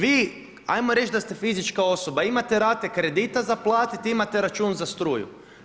Vi, ajmo reći da ste fizička osoba, imate rate kredita za platiti, imate računa z struju.